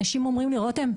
אנשים אומרים לי: רותם,